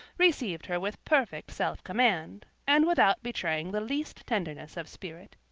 received her with perfect self-command, and without betraying the least tenderness of spirit.